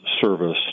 service